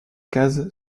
case